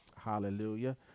Hallelujah